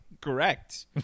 Correct